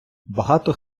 багато